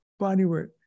bodywork